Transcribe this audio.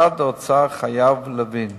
משרד האוצר חייב להבין